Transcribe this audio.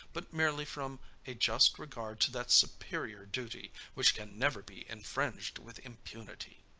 but merely from a just regard to that superior duty which can never be infringed with impunity.